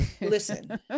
listen